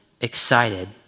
excited